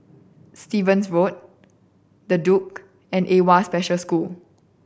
Stevens Road The Duke and AWWA Special School